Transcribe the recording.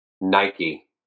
Nike